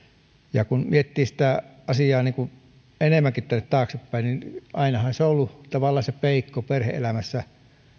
ja kun miettii sitä asiaa enemmänkin tuonne taaksepäin niin ainahan se on ollut tavallaan se peikko perhe elämässä